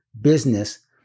business